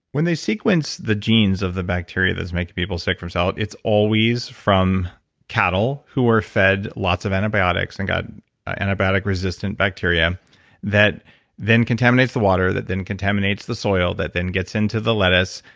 when they sequence the genes of the bacteria that's making people sick from salad, it's always from cattle who are fed lots of antibiotics and got an antibiotic resistant bacteria that then contaminates the water that then contaminates the soil that then gets into the lettuce.